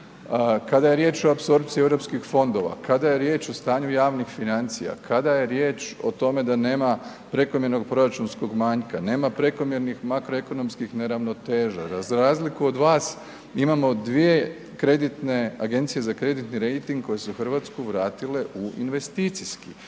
kada je riječ o apsorpciji EU fondova, kada je riječ o stanju javnih financija, kada je riječ o tome da nema prekomjernog proračunskog manjka, nema prekomjernih makroekonomskih neravnoteža. Za razliku od vas, imamo dvije kreditne agencije za kreditni rejting koji su se u Hrvatsku vratile u investicijski.